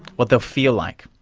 what they'll feel like,